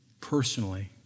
Personally